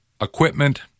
equipment